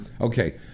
Okay